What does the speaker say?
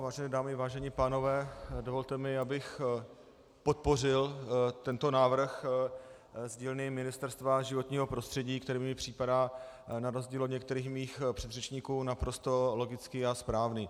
Vážené dámy, vážení pánové, dovolte mi, abych podpořil tento návrh z dílny Ministerstva životního prostředí, který mi připadá, na rozdíl od některých mých předřečníků, naprosto logický a správný.